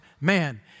man